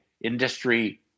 industry